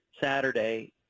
Saturday